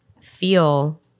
feel